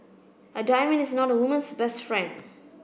a diamond is not a woman's best friend